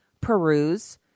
peruse